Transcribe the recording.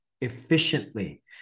efficiently